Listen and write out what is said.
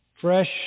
fresh